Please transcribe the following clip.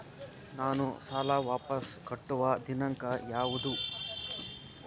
ನಾನು ಸಾಲ ವಾಪಸ್ ಕಟ್ಟುವ ದಿನಾಂಕ ಯಾವುದು?